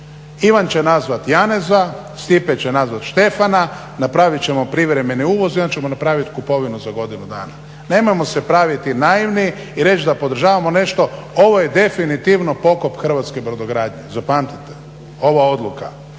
Ivan će nazvati Janeza, Stipe će nazvati Štefana, napraviti ćemo privremeni uvoz, i onda ćemo napraviti kupovinu za godinu dana. Nemojmo se praviti naivni i reći da podržavamo nešto, ovo je definitivno pokop hrvatske brodogradnje zapamtite, ova odluka,